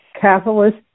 capitalist